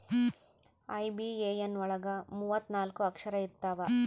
IBAN ಒಳಗ ಮೂವತ್ತು ನಾಲ್ಕ ಅಕ್ಷರ ಇರ್ತವಾ